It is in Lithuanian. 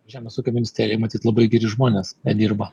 žemės ūkio ministerijoj matyt labai geri žmonės dirba